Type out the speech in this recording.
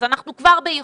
אז אנחנו כבר באיחור.